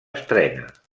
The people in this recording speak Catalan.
estrena